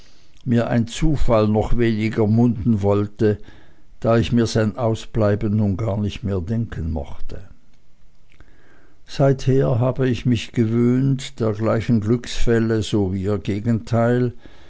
mir ein zufall noch weniger munden wollte da ich mir sein ausbleiben nun gar nicht mehr denken mochte seither habe ich mich gewöhnt dergleichen glücksfälle so wie ihr gegenteil